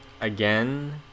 again